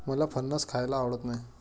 मला फणस खायला आवडत नाही